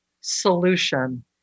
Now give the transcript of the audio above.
solution